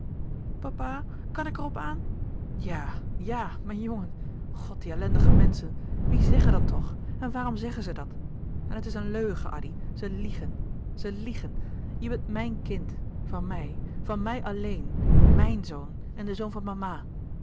papa kan ik er op aan ja ja mijn jongen god die ellendige menschen wie zeggen dat toch en waarom zeggen ze dat en het is een leugen addy ze liegen ze liegen je bent mijn kind van mij van mij alleen mijn zoon en de zoon van mama